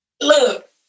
Look